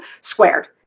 squared